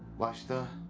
master.